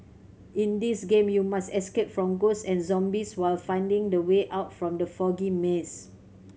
in this game you must escape from ghosts and zombies while finding the way out from the foggy maze